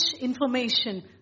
information